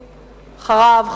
אחריו,